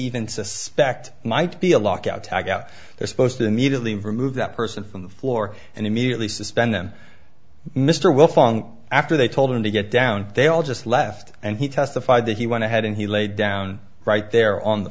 out they're supposed to immediately remove that person from the floor and immediately suspend them mr wilfong after they told him to get down they all just left and he testified that he went ahead and he laid down right there on the